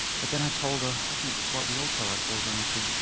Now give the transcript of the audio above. but then i told her i think what we all tell our children which is,